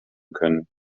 können